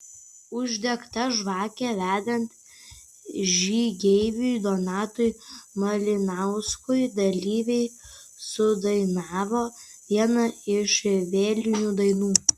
uždegta žvakė vedant žygeiviui donatui malinauskui dalyviai sudainavo vieną iš vėlinių dainų